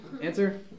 Answer